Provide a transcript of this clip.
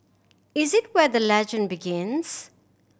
it is where the legend begins